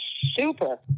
super